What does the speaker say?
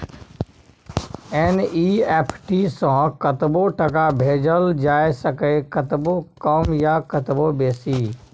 NEFT सँ कतबो टका भेजल जाए सकैए कतबो कम या कतबो बेसी